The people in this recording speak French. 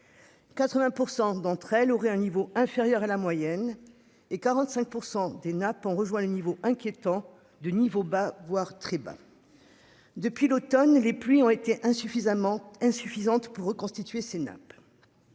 80% d'entre elles auraient un niveau inférieur à la moyenne et 45% des nappes ont rejoint le niveau inquiétant de niveaux bas voire très bas. Depuis l'Automne, les pluies ont été insuffisamment insuffisante pour reconstituer ses nappes.